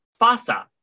FASA